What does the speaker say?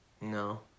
No